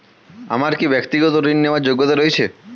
আমার কী ব্যাক্তিগত ঋণ নেওয়ার যোগ্যতা রয়েছে?